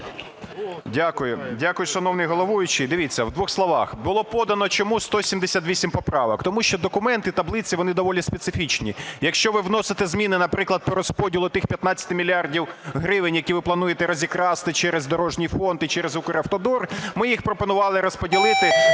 Дякую, шановний головуючий. Дивіться, в двох словах, було подано чому 178 поправок, тому що документ і таблиці, вони доволі специфічні. Якщо ви вносите зміни, наприклад, по розподілу тих 15 мільярдів гривень, які ви плануєте розікрасти через дорожній фонд і через Укравтодор, ми їх пропонували розподілити